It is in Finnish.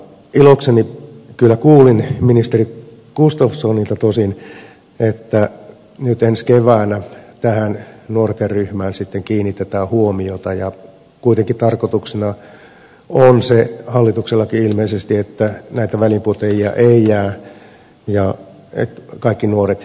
ilokseni kyllä kuulin ministeri gustafssonilta tosin että nyt ensi keväänä tähän nuorten ryhmään sitten kiinnitetään huomiota ja kuitenkin tarkoituksena on se hallituksellakin ilmeisesti että näitä väliinputoajia ei jää että kaikki nuoret pidetään mukana